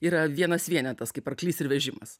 yra vienas vienetas kaip arklys ir vežimas